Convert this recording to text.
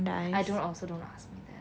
I don't also don't ask me that